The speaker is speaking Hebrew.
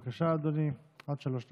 בבקשה, אדוני, עד שלוש דקות.